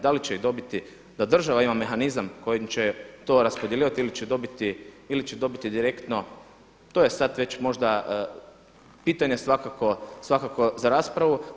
Da li će ih dobiti, da država ima mehanizam kojim će to raspodjeljivati ili će dobiti direktno, to je sad već možda pitanje svakako za raspravu.